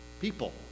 people